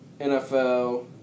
NFL